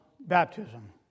baptism